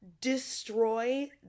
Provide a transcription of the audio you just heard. destroy